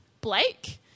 Blake